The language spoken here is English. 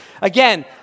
Again